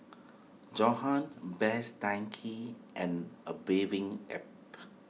Johan Best Denki and A Bathing Ape